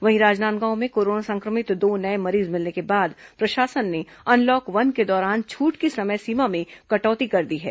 वहीं राजनांदगांव में कोरोना संक्रमित दो नए मरीज मिलने के बाद प्रशासन ने अनलॉक वन के दौरान छूट की समय सीमा में कटौती कर दी है